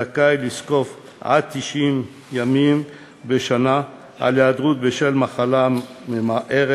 זכאי לזקוף עד 90 ימים בשנה של היעדרות בשל מחלה ממארת